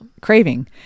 craving